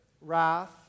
wrath